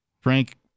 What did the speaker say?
Frank